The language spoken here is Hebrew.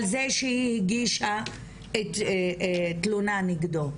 על זה שהיא הגישה תלונה נגדו.